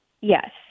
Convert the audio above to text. yes